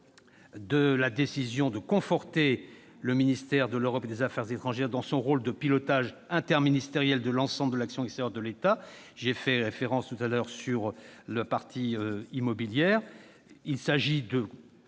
de la décision de conforter le ministère de l'Europe et des affaires étrangères dans son rôle de pilotage interministériel de l'ensemble de l'action extérieure de l'État. J'ai fait précédemment référence à la partie immobilière. Il s'agit de